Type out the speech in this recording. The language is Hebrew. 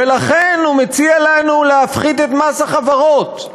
ולכן הוא מציע לנו להפחית את מס החברות.